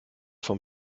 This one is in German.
vom